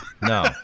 no